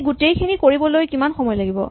এইগোটেইখিনি কৰিবলৈ কিমান সময় লাগিব